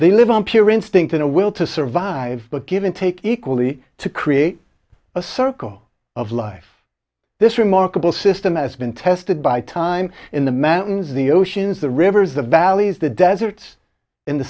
they live on pure instinct in a will to survive but given take equally to create a circle of life this remarkable system has been tested by time in the manton's the oceans the rivers the valleys the deserts in the